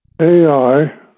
AI